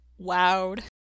wowed